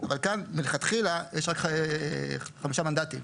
כאן, מלכתחילה יש רק חמישה מנדטים.